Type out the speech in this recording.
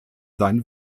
sein